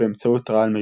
באמצעות רעל מיוחד.